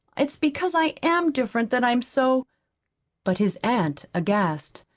it's because i am different that i am so but his aunt, aghast,